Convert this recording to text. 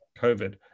COVID